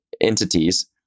entities